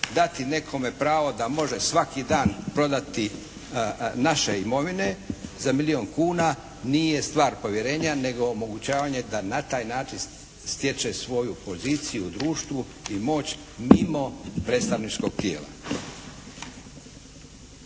dati nekome pravo da može svaki dan prodati naše imovine za milijun kuna nije stvar povjerenja nego omogućavanje da na taj način stječe svoju poziciju u društvu i moć mimo predstavničkog tijela.